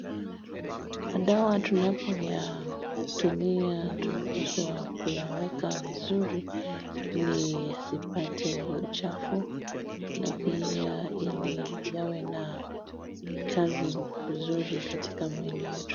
Madawa tunapo yatumia tunapaswa kuyaweka vizuri ili yasipate uchafu na pia illi yawe na chanse nzuri katika mwili yetu.